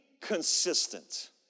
consistent